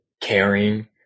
caring